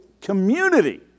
community